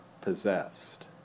possessed